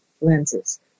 lenses